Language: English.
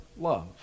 love